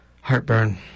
Heartburn